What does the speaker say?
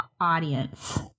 audience